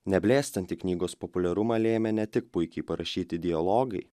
neblėstantį knygos populiarumą lėmė ne tik puikiai parašyti dialogai